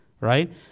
right